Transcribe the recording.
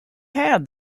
had